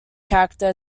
character